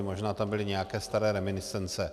Možná tam byly nějaké staré reminiscence.